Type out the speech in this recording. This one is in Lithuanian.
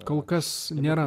kol kas nėra